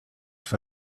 for